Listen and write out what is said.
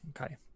okay